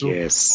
Yes